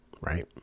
right